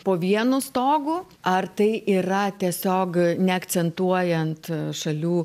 po vienu stogu ar tai yra tiesiog neakcentuojant šalių